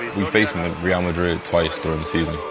we faced real madrid twice during the season.